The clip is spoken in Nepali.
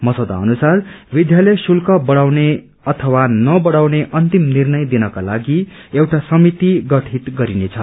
मसौदा अनुसार विद्यालय शुल्क बढाउने अथवा नवढाउने अन्तिम निर्णय दिनको लागि एउटा समिति गठित गरिनेछ